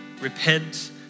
repent